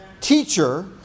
teacher